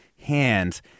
hands